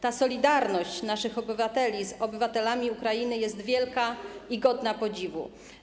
Ta solidarność naszych obywateli z obywatelami Ukrainy jest wielka i godna podziwu.